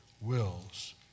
wills